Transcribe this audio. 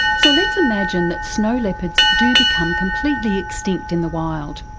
so let's imagine that snow leopards do become completely extinct in the wild.